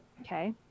Okay